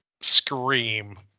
scream